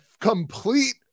complete